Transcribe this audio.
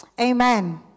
amen